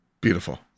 Beautiful